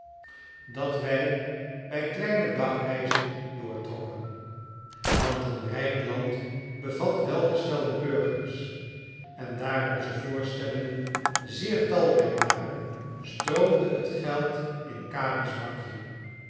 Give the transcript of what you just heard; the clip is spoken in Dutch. dat wij bij kleine dagreizen doortrokken want een rijk land bevat welgestelde burgers en daar onze voorstellingen zeer talrijk waren stroomde het geld in capi's bakje